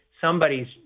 somebody's